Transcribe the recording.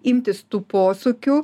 imtis tų posūkių